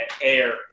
air